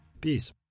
Peace